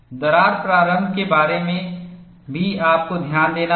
दरार प्रारंभ के बारे में भी आपको ध्यान देना होगा